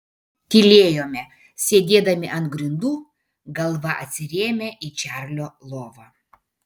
tylėjome sėdėdami ant grindų galva atsirėmę į čarlio lovą